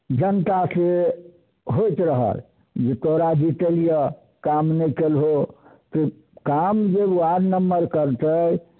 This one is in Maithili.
जनताके होइत रहल जे तोरा जितेलिअऽ काम नहि केलहो काम जे वार्ड मेम्बर करतै